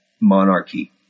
monarchy